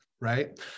right